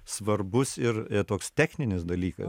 svarbus ir toks techninis dalykas